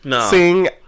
sing